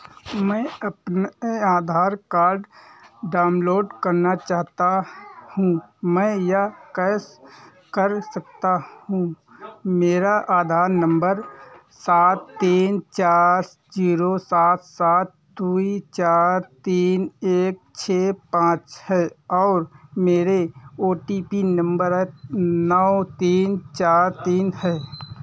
मैं अपने Aadhaar card download करना चाहता हूँ मैं यह कैस कर सकता हूँ मेरा आधार नंबर सात तीन चार जीरो सात सात दो चार तीन एक छः पाँच है और मेरे ओ टी पी नंबर है नौ तीन चार तीन है